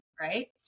right